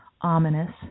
ominous